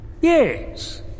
Yes